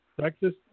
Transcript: Texas